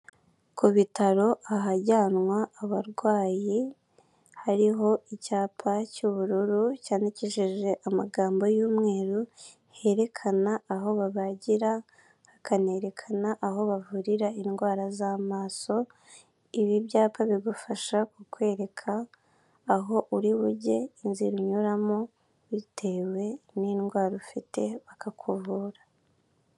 Ku bitaro ahajyanwa abarwayi hariho icyapa cy'ubururu cyandikishije amagambo y'umweru, herekana aho babagira hakanerekana aho bavurira indwara z'amaso. Ibi byapa bigufasha ku kwereka aho uri bujye, inzira unyuramo bitewe n'indwara ufite bakakuvura.